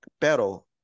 Pero